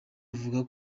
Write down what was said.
avuga